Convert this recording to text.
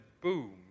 boom